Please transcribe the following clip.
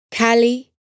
Callie